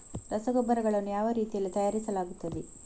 ರಸಗೊಬ್ಬರಗಳನ್ನು ಯಾವ ರೀತಿಯಲ್ಲಿ ತಯಾರಿಸಲಾಗುತ್ತದೆ?